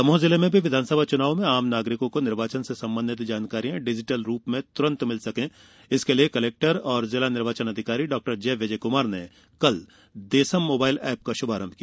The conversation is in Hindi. दमोह जिले में विधानसभा चुनाव में आम नागरिकों को निर्वाचन से संबंधित जानकारियां डिजीटल रूप में तुरन्त मिल सके इसके लिये कलेक्टर एवं जिला निर्वाचन अधिकारी डॉक्टर जे विजय कुमार ने कल देसम मोबाइल एप का शुभारम्भ किया